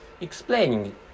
explaining